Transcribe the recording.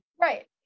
Right